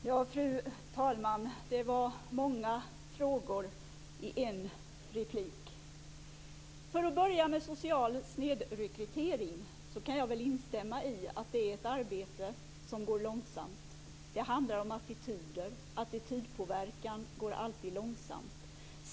Fru talman! Det var många frågor i en replik. För att börja med den sociala snedrekryteringen kan jag väl instämma i att arbetet med denna går långsamt. Det handlar om attityder, och attitydpåverkan är alltid långsam.